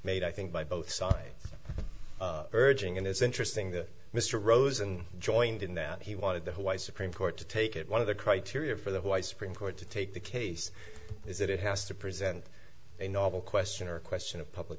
made i think by both sides urging and it's interesting that mr rosen joined in that he wanted the white supreme court to take it one of the criteria for the why supreme court to take the case is that it has to present a novel question or a question of public